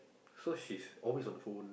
so she's always on the phone